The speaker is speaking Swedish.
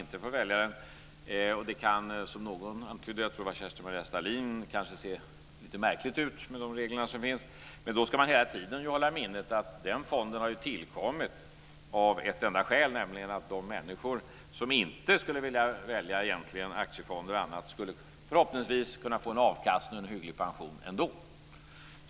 Som någon tidigare här antydde - jag tror att det var Kerstin-Maria Stalin - kan det se lite märkligt ut med de regler som finns, men då ska man hela tiden hålla i minnet att den fonden har tillkommit av ett enda skäl, nämligen att de människor som inte vill välja aktiefonder och annat förhoppningsvis ska få en avkastning och en hygglig pension ändå.